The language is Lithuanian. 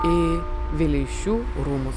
į vileišių rūmus